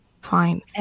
Fine